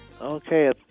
Okay